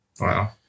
Wow